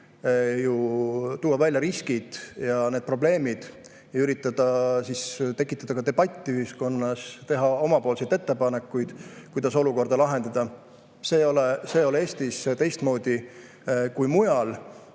tuua välja riskid ja probleemid ning üritada tekitada ühiskonnas debatti ja teha omapoolseid ettepanekuid, kuidas olukorda lahendada. See ei ole Eestis teistmoodi kui mujal.